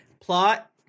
plot